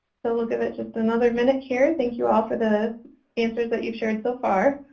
so we'll give it just another minute here thank you all for the answers that you've shared so far.